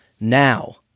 now